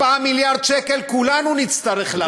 4 מיליארד שקל כולנו נצטרך להחזיר.